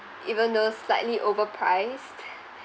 even though slightly overpriced